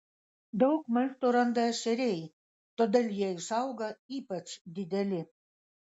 daug maisto randa ešeriai todėl jie išauga ypač dideli